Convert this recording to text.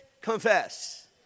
confess